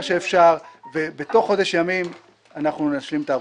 שאפשר ובתוך חודש ימים אנחנו נשלים את העבודה.